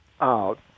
out